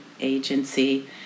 agency